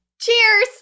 Cheers